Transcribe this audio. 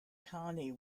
connie